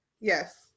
yes